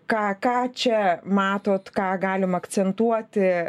ką ką čia matot ką galim akcentuoti